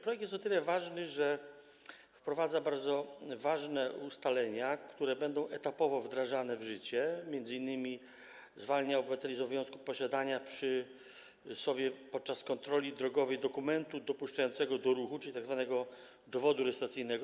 Projekt jest o tyle ważny, że wprowadza bardzo istotne ustalenia, które będą etapowo wdrażane w życie, m.in. zwalnia obywateli z obowiązku posiadania przy sobie podczas kontroli drogowej dokumentu dopuszczającego do ruchu, czyli tzw. dowodu rejestracyjnego.